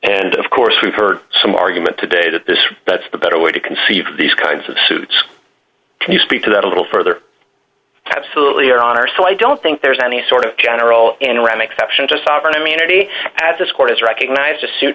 and of course we've heard some argument today that this that's the better way to conceive of these kinds of suits can you speak to that a little further absolutely honor so i don't think there's any sort of general in ram exception to sovereign immunity as this court has recognized a suit